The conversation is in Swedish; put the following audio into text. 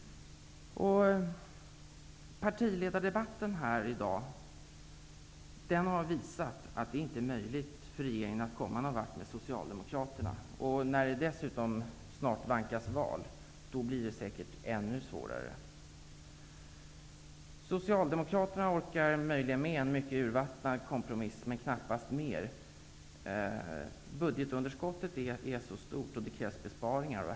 Partiledaredebatten här i dag har visat att det inte är möjligt för regeringen att komma någon vart med Socialdemokraterna. När det dessutom snart vankas val blir det säkert ännu svårare. Socialdemokraterna orkar möjligen med en mycket urvattnad kompromiss, men knappast mer. Budgetunderskottet är så stort att det krävs besparingar.